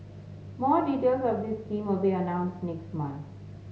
more details of this scheme will be announced next month